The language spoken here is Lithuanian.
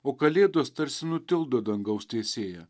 o kalėdos tarsi nutildo dangaus teisėją